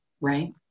right